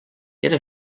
era